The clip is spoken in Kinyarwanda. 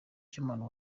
cy’umuntu